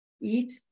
eat